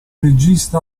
regista